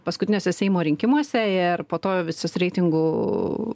paskutiniuose seimo rinkimuose ir po to visus reitingų